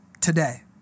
today